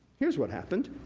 here's what happened.